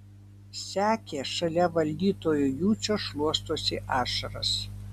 sekė šalia valdytojo jucio šluostosi ašaras